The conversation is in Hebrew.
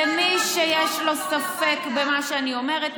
ומי שיש לו ספק במה שאני אומרת,